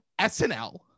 SNL